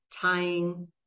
Tying